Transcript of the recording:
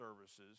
services